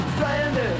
Stranded